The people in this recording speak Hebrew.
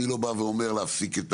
אני לא בא ואומר להפסיק את